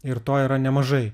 ir to yra nemažai